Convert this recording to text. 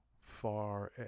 far